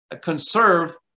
conserve